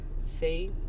say